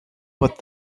but